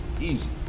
easy